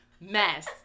mess